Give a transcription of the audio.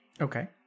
okay